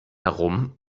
herum